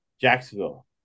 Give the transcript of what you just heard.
Jacksonville